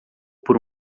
por